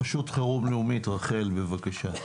רשות חירום לאומית, רח"ל, בבקשה.